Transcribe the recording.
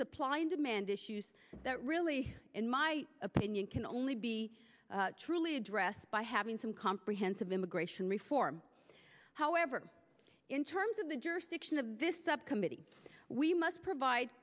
supply and demand issues that really in my opinion can only be truly pressed by having some comprehensive immigration reform however in terms of the jurisdiction of this subcommittee we must provide